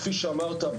כפי שאמרת,